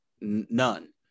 None